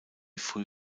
früh